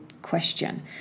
question